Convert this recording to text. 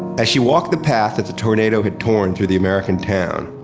as she walked the path that the tornado had torn through the american town,